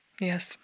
Yes